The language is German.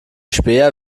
späher